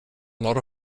lot